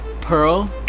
Pearl